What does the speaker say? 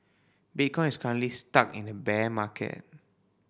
bitcoin is currently stuck in a bear market